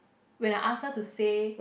when I ask her to say